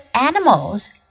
animals